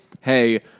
hey